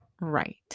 right